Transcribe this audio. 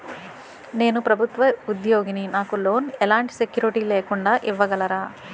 నేను ప్రభుత్వ ఉద్యోగిని, నాకు లోన్ ఎలాంటి సెక్యూరిటీ లేకుండా ఇవ్వగలరా?